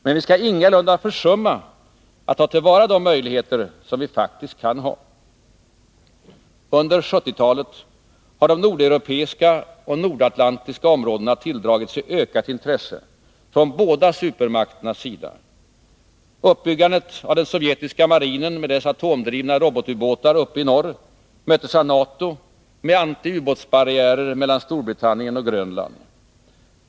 Men vi skall ingalunda försumma att ta till vara de möjligheter som vi faktiskt kan ha. Under 1970-talet har de nordeuropeiska och nordatlantiska områdena tilldragit sig ökat intresse från båda supermakternas sida. Uppbyggandet av den sovjetiska marinen med dess atomdrivna robotbåtar uppe i norr möttes av NATO med antiubåtsbarriärer mellan Storbritannien och Grönland.